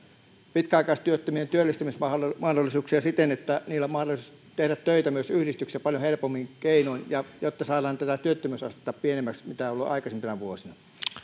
pitkäaikaistyöttömien työllistymismahdollisuuksia siten että heillä on mahdollisuus tehdä töitä myös yhdistyksissä paljon helpommin keinoin jotta saadaan tätä työttömyysastetta pienemmäksi kuin mikä se on ollut aikaisempina vuosina